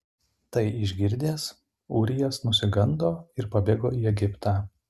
tai išgirdęs ūrijas nusigando ir pabėgo į egiptą